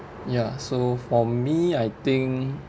ya so for me I think